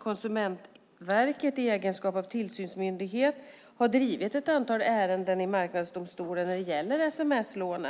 Konsumentverket i egenskap av tillsynsmyndighet har drivit ett antal ärenden i marknadsdomstolen när det gäller sms-lån.